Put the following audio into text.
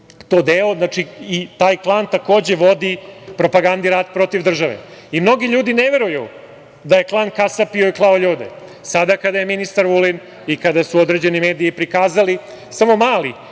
i Zvicer. Taj klan takođe vodi propagandni rat protiv države. Mnogi ljudi ne veruju da je klan kasapio i klao ljude. Sada kada je ministar Vulin i kada su određeni mediji prikazali samo mali